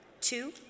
Two